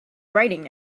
writing